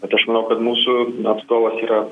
bet aš manau kad mūsų atstovas yra